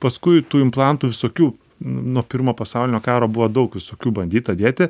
paskui tų implantų visokių nuo pirmo pasaulinio karo buvo daug visokių bandyta dėti